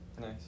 Nice